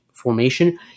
formation